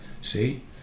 see